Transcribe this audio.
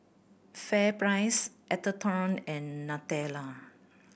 FairPrice Atherton and Nutella